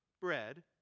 bread